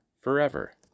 forever